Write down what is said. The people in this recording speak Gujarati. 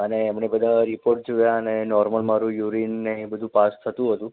અને એમણે બધા રિપોર્ટ જોયા અને નોર્મલ મારું યુરીન ને એ બધું પાસ થતું હતું